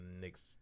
next